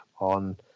on